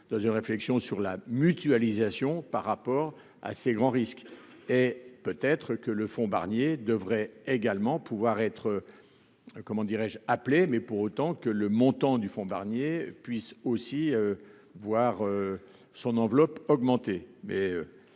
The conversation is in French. dans une réflexion sur la mutualisation, par rapport à ses grands risques et peut être que le fonds Barnier devrait également pouvoir être comment dirais-je appeler mais, pour autant que le montant du fonds Barnier puisse aussi voir son enveloppe augmenter